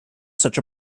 such